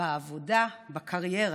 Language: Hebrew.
בעבודה, בקריירה.